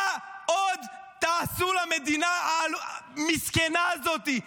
מה עוד תעשו למדינה המסכנה הזאת?